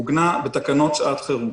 עוגנה בתקנות שעת חירום.